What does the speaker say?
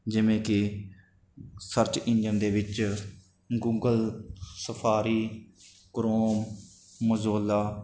ਜਿਵੇਂ ਕਿ search engine ਦੇ ਵਿੱਚ ਗੂਗਲ ਸਫਾਰੀ ਕਰੋਮ ਮਜੋਲਾ